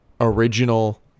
original